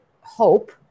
hope